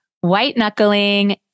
White-knuckling